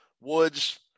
Woods